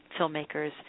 filmmakers